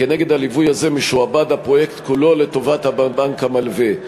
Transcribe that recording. כנגד הליווי הזה משועבד הפרויקט כולו לטובת הבנק המלווה.